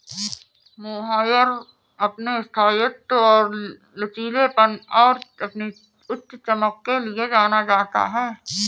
mohair अपने स्थायित्व और लचीलेपन और अपनी उच्च चमक के लिए जाना जाता है